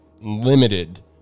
limited